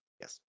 yes